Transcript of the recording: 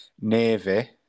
Navy